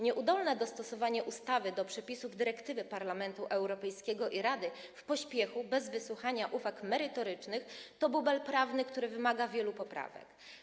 Nieudolne dostosowanie ustawy do przepisów dyrektywy Parlamentu Europejskiego i Rady, w pośpiechu i bez wysłuchania uwag merytorycznych, powoduje, że uzyskujemy bubel prawny, który wymaga wielu poprawek.